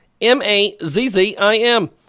M-A-Z-Z-I-M